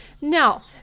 Now